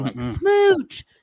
smooch